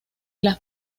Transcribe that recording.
las